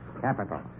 Capital